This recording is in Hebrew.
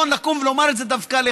מול הזכויות של ערבים לגור ביישוב קהילתי